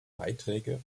beiträge